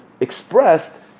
expressed